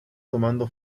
tomando